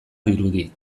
dirudi